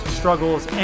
struggles